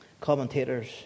commentators